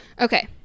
Okay